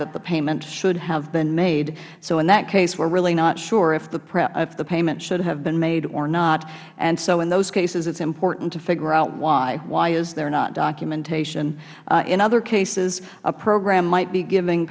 that the payment should have been made in that case we are really not sure if the payment should have been made or not so in those cases it is important to figure out why why is there not documentation in other cases a program might be giving